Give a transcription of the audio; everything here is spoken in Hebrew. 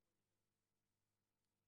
במערכות החינוך.